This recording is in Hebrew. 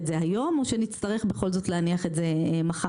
זה היום או שנצטרך בכל זאת להניח את זה מחר.